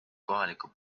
kohaliku